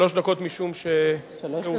שלוש דקות כי הוצמד.